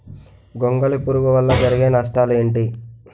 గొంగళి పురుగు వల్ల జరిగే నష్టాలేంటి?